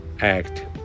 act